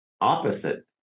opposite